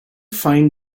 find